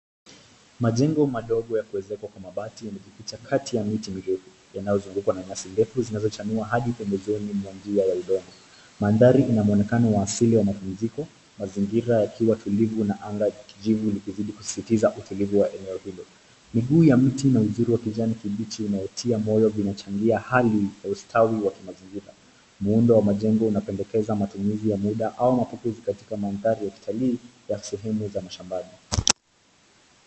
Majengo madogo ya kuezeka kwa mabati imepita kati ya miti mirefu yanayozungukwa na nyasi ndefu zinazochanua hadi pembezoni ya njia ya udongo. Mandhari ina muonekano wa asili ya mapumziko, mazingira yakiwa tulivu na anga la kijivu ikisisitiza utulivu wa eneo hilo. Miguu ya miti ina uzuri wa kijani kibichi unaotia moyo vinachangia hali ya ustawi wa kimazingira. Muundo wa majengo unapendekeza matumizi ya muda au mandhari ya kitalii katika sehemu za mashambani.